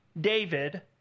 David